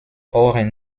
ohren